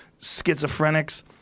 schizophrenics